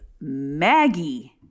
maggie